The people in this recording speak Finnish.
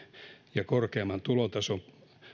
ja korkeamman tulotason